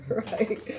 right